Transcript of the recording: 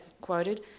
quoted